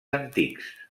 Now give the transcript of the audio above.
antics